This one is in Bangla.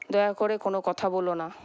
দয়া করে কোনও কথা বোলো না